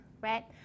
right